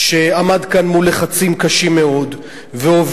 שעמד כאן מול לחצים קשים מאוד והוביל